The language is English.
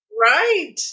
right